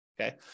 okay